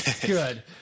Good